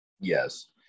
Yes